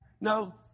No